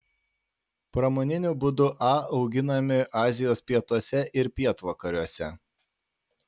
pramoniniu būdu a auginami azijos pietuose ir pietvakariuose